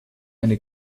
eine